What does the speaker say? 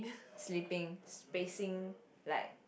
sleeping spacing like